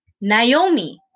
Naomi